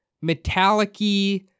metallic-y